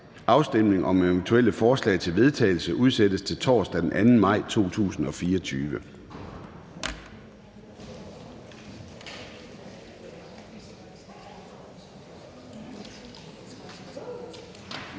afstemning om eventuelle forslag til vedtagelse udsættes til torsdag den 2. maj, 2024.